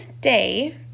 day